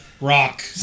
rock